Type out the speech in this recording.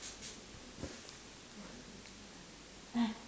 !huh!